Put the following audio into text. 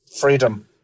Freedom